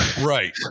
Right